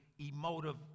emotive